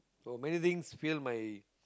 so many things fill my